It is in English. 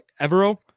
Evero